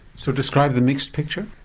so describe the mixed picture?